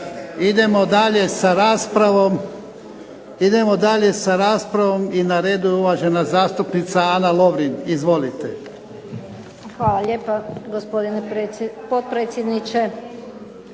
Idemo dalje sa raspravom. Na redu je uvažena zastupnica Ana Lovrin. Izvolite. **Lovrin, Ana (HDZ)** Hvala lijepo gospodine potpredsjedniče.